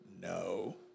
No